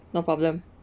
no problem